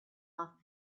off